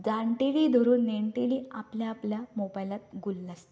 जाणटेली धरून नेणटली आपल्या आपल्या मोबायलांत गुल्ल आसतात